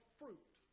fruit